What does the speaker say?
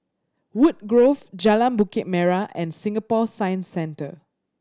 Woodgrove Jalan Bukit Merah and Singapore Science Centre